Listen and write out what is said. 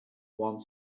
one